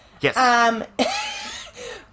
Yes